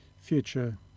future